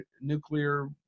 nuclear